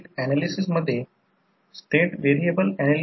तर E2 N2 15 अशा प्रकारे ते बनवू शकतो